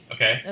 Okay